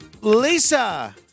Lisa